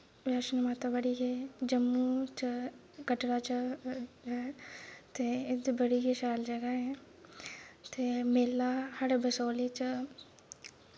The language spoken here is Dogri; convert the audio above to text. बैष्णो माता बड़ी गै जम्मू च कटड़ा च ते इद्धर बड़ी गै शैल जगह् ऐ ते मेला साढ़े बसोह्ली च